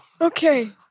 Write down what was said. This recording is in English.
Okay